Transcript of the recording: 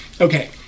Okay